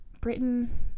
Britain